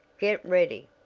get ready!